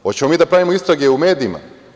Hoćemo li mi da pravimo istrage u medijima?